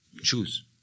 choose